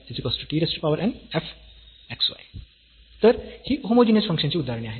f tx ty tn f x y तर ही homogeneous फंक्शन्सची उदाहरणे आहेत